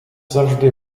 завжди